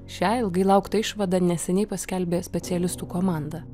šią ilgai lauktą išvadą neseniai paskelbė specialistų komanda